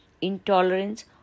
intolerance